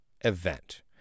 event